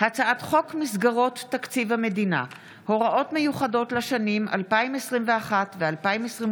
הצעת חוק מסגרות תקציב המדינה (הוראות מיוחדות לשנים 2021 ו-2022)